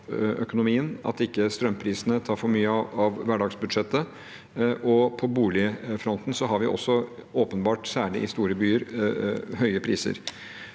strømprisene tar for mye av hverdagsbudsjettet. På boligfronten har vi også åpenbart, særlig i store byer, høye priser.